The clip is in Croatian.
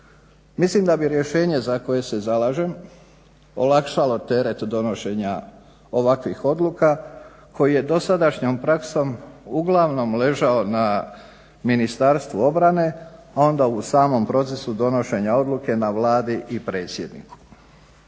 Mislim da bi rješenje za koje se zalažem olakšalo teret donošenja ovakvih odluka koji je dosadašnjom praksom uglavnom ležao na Ministarstvu obrane, a onda u samom procesu donošenja odluke na Vladi i predsjedniku.